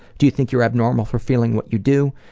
do you think you are abnormal for feeling what you do?